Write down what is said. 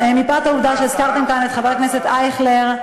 מפאת העובדה שהזכרתם כאן את חבר הכנסת אייכלר,